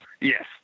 Yes